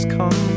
Come